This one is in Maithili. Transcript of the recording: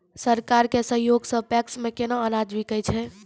सरकार के सहयोग सऽ पैक्स मे केना अनाज बिकै छै?